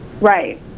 Right